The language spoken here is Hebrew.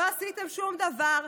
לא עשיתם שום דבר,